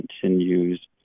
continues